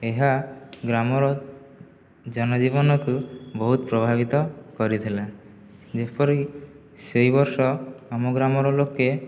ଏହା ଗ୍ରାମର ଜନଜୀବନକୁ ବହୁତ ପ୍ରଭାବିତ କରିଥିଲା ଯେପରି ସେହି ବର୍ଷ ଆମ ଗ୍ରାମର ଲୋକେ